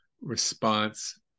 response